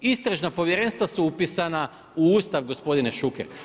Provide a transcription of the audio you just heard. Istražna povjerenstva su u upisana u Ustav gospodine Šuker.